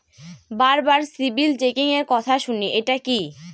বারবার সিবিল চেকিংএর কথা শুনি এটা কি?